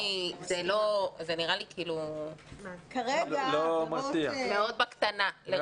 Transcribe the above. זה נראה לי מאוד בקטנה.